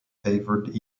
favoured